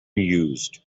used